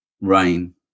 rain